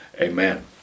amen